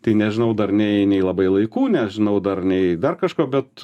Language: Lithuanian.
tai nežinau dar nei nei labai laikų nežinau dar nei dar kažko bet